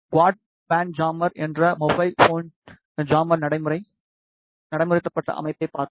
quad band jammer என்ற mobile phone ஜாமரின் நடைமுறை நடைமுறைப்படுத்தப்பட்ட அமைப்பைப் பார்ப்போம்